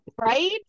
Right